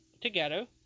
together